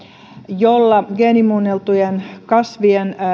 jolla geenimuunneltujen kasvien